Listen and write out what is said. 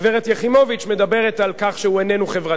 הגברת יחימוביץ, מדברת על כך שהוא איננו חברתי.